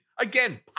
again